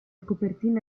copertina